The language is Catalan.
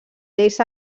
lleis